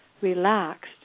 relaxed